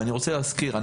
אני רוצה להזכיר,